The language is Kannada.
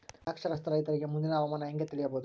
ಅನಕ್ಷರಸ್ಥ ರೈತರಿಗೆ ಮುಂದಿನ ಹವಾಮಾನ ಹೆಂಗೆ ತಿಳಿಯಬಹುದು?